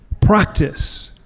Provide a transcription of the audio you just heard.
practice